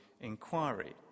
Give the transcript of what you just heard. inquiry